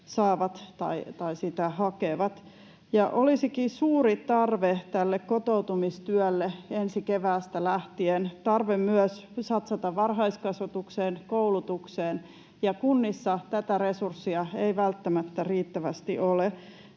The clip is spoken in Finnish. saavat tai sitä hakevat. Olisikin suuri tarve tälle kotoutumistyölle ensi keväästä lähtien, tarve myös satsata varhaiskasvatukseen, koulutukseen, ja kunnissa tätä resurssia ei välttämättä riittävästi ole.